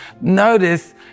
Notice